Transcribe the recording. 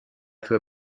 für